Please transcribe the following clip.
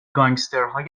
گانگسترهای